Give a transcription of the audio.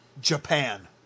Japan